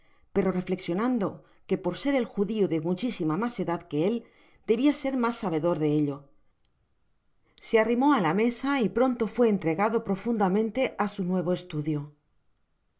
pero refleccionando que por ser el judio de muchisima mas edad que el debia ser mas sabedor de ello se arrimó á la mesa y pronto fué entregaio profundamente á su nuevo estudior